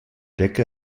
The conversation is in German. decke